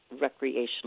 recreational